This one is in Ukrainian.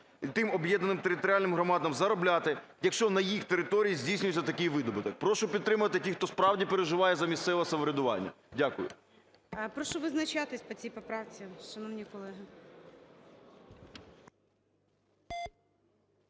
і тим об'єднаним територіальним громадам заробляти, якщо на її території здійснюється такий видобуток. Прошу підтримати тих, хто справді переживає за місцеве самоврядування. Дякую. ГОЛОВУЮЧИЙ. Прошу визначатися по цій поправці, шановні колеги.